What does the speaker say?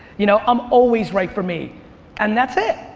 you know, i'm always right for me and that's it.